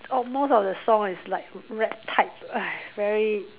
almost of the song is like rap type very